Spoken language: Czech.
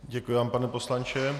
Děkuji vám, pane poslanče.